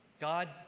God